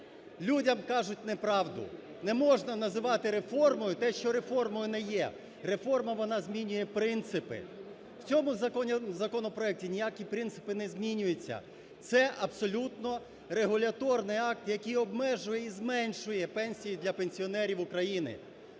Людям кажуть неправду. Не можна називати реформою те, що реформою не є. Реформа вона змінює принципи. У цьому законопроекті ніякі принципи не змінюються, це абсолютно регуляторний акт, який обмежує і зменшує пенсії для пенсіонерів України.